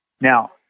now